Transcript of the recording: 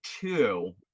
two